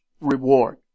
reward